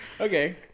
Okay